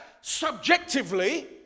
subjectively